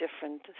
different